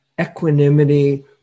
equanimity